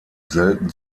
selten